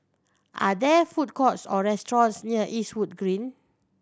are there food courts or restaurants near Eastwood Green